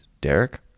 Derek